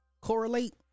Correlate